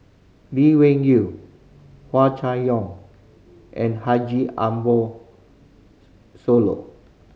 Lee Wung Yew Hua Chai Yong and Haji Ambo Sooloh